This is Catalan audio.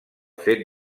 fet